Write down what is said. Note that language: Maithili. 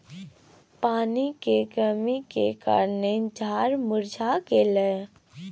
पानी के कमी केर कारणेँ झाड़ मुरझा गेलै